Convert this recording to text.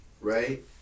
Right